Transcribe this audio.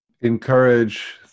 encourage